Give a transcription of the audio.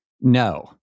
no